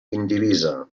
indivisa